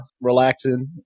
relaxing